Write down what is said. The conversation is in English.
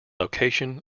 location